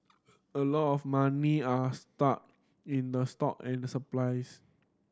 a lot of money are stuck in the stock and supplies